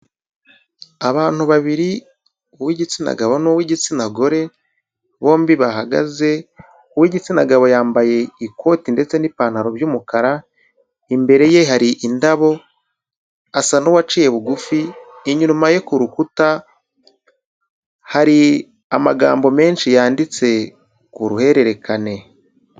Abantu babiri uw'igitsina gabo n'uw'igitsina gore, bombi bahagaze, uw'igitsina gabo yambaye ikoti ndetse n'ipantaro by'umukara, imbere ye hari indabo asa n'uwaciye bugufi, inyuma ye ku rukuta hari amagambo menshi yanditse ku ruhererekane.